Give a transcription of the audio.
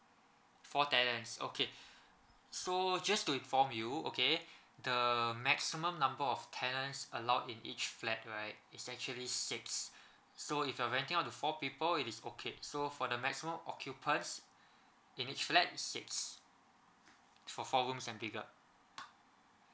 four tenants okay so just to inform you okay the maximum number of tenants allowed in each flat right is actually six so if you're' renting out to four people it is okay so for the maximum occupants in each flat six for four rooms and bigger